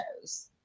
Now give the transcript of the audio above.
shows